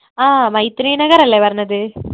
ആ മൈത്രി നഗറല്ലേ പറഞ്ഞത്